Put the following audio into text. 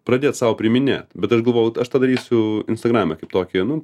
pradėt sau priiminėt bet aš galvojau aš padarysiu instagrame kaip tokį nu